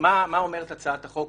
מה אומרת בגדול הצעת החוק?